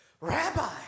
Rabbi